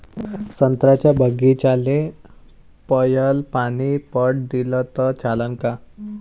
संत्र्याच्या बागीचाले पयलं पानी पट दिलं त चालन का?